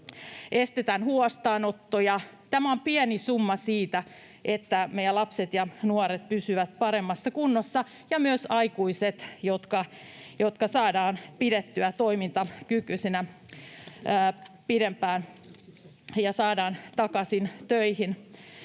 estetään huostaanottoja. Tämä on pieni summa siitä, että meidän lapset ja nuoret pysyvät paremmassa kunnossa — ja myös aikuiset, jotka saadaan pidettyä toimintakykyisinä pidempään ja saadaan takaisin töihin.